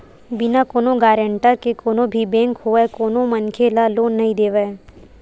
बिना कोनो गारेंटर के कोनो भी बेंक होवय कोनो मनखे ल लोन नइ देवय